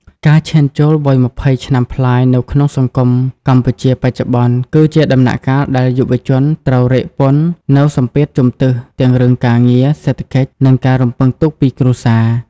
ការឈានចូលវ័យ ២០ ឆ្នាំប្លាយនៅក្នុងសង្គមកម្ពុជាបច្ចុប្បន្ន គឺជាដំណាក់កាលដែលយុវជនត្រូវរែកពុននូវសម្ពាធជុំទិស ទាំងរឿងការងារ សេដ្ឋកិច្ច និងការរំពឹងទុកពីគ្រួសារ។